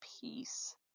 peace